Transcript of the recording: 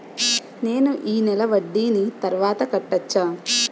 నేను ఈ నెల వడ్డీని తర్వాత కట్టచా?